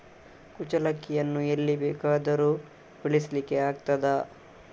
ಕುಚ್ಚಲಕ್ಕಿಯನ್ನು ಎಲ್ಲಿ ಬೇಕಾದರೂ ಬೆಳೆಸ್ಲಿಕ್ಕೆ ಆಗ್ತದ?